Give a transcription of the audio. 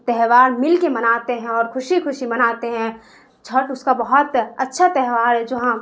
تہوار مل کے مناتے ہیں اور خوشی خوشی مناتے ہیں چھٹ اس کا بہت اچھا تہوار ہے جہاں